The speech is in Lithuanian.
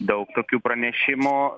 daug tokių pranešimų